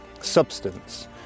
substance